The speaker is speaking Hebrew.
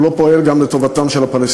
הוא לא פועל גם לטובתם של הפלסטינים.